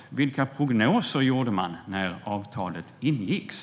Vilka prognoser gjorde man när avtalet ingicks?